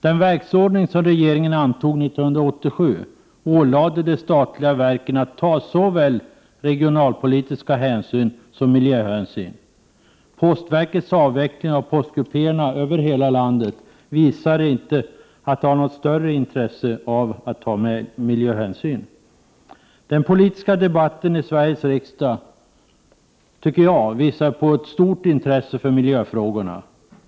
Den verksordning som regeringen antog 1987 ålade de statliga verken att ta såväl regionalpolitiska hänsyn som miljöhänsyn. Postverkets avveckling av postkupéerna över hela landet ger vid handen att verket inte har något intresse av att ta miljöhänsyn. Den politiska debatten i Sveriges riksdag tycker jag visar på ett stort intresse för miljöfrågorna.